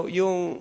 yung